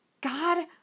God